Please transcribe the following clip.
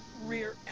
rear